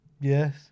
Yes